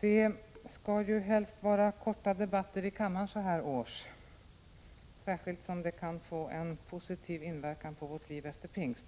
Herr talman! Det skall ju helst vara korta debatter i kammaren så här års, särskilt som det kan få en positiv inverkan på vårt liv efter pingst.